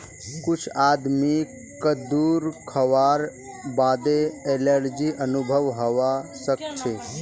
कुछ आदमीक कद्दू खावार बादे एलर्जी अनुभव हवा सक छे